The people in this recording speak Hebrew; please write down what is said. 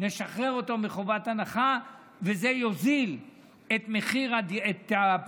נשחרר אותו מחובת הנחה, וזה יוזיל את הפטור,